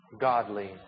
godly